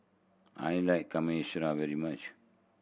I like Kamameshi very much